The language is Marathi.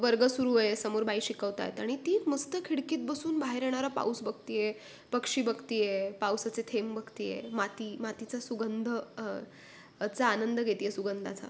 वर्ग सुरू आहे समोर बाई शिकवत आहेत आणि ती मस्त खिडकीत बसून बाहेर येणारा पाऊस बघत आहे पक्षी बघत आहे पावसाचे थेम बघत आहे माती मातीचा सुगंध चा आनंद घेते आहे सुगंधाचा